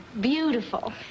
beautiful